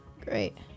Great